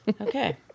Okay